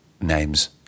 names